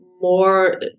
more